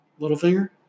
Littlefinger